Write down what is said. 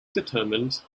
determined